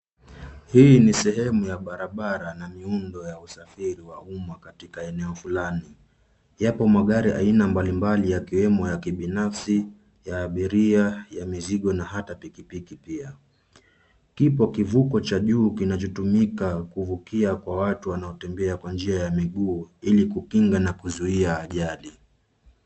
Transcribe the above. Hii ni sehemu ya barabara na miundo ya usafiri wa umma katika eneo fulani. Yapo magari aina mbalimbali yakiwemo ya kibinafsi, ya abiria, ya mizigo na hata pikipiki pia. Kipo kivuko cha juu kinachotumika kuvukia kwa watu wanaotembea kwa njia ya miguu ili kukinga na kuzuia ajali.